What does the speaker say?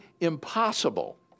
impossible